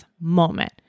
moment